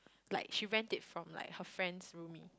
like she rent it from like her friend's roomie